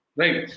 right